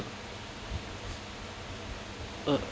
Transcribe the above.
uh